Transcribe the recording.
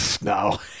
No